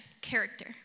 character